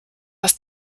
was